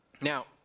Now